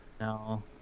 No